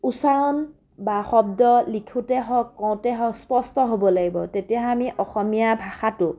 উচ্চাৰণ বা শব্দ লিখোঁতে হওক কওঁতে হওক স্পষ্ট হ'ব লাগিব তেতিয়াহে আমি অসমীয়া ভাষাটো